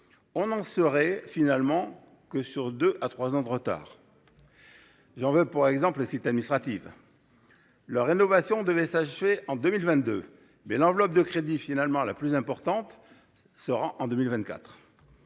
on n’aurait finalement que deux à trois ans de retard… J’en veux pour exemple les cités administratives : leur rénovation devait s’achever en 2022, mais l’enveloppe de crédits la plus importante serait